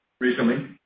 Recently